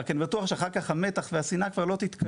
רק אני בטוח שאח"כ המתח והשנאה כבר לא תתקיים.